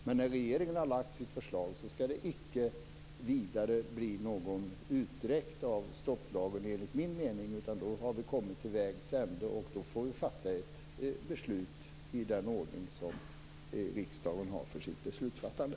Men när regeringen har lagt fram sitt förslag skall det icke vidare bli någon tidsutdräkt av stopplagen. Då har vi kommit till vägs ände, och då får vi fatta ett beslut i den ordning som riksdagen har för sitt beslutsfattande.